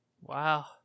Wow